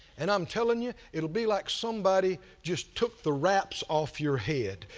and i'm telling you it will be like somebody just took the wraps off your head.